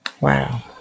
Wow